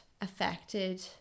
affected